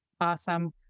Awesome